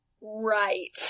Right